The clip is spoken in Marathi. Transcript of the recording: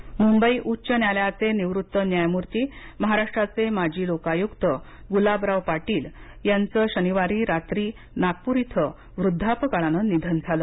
पीटीसी मुंबई उच्च न्यायालयाचे निवृत्त न्यायमूर्ती महाराष्ट्राचे माजी लोकायुक्त गुलाबराव पाटील यांच शनिवारी रात्री नागपूर इथं वृद्धापकाळानं निधन झाले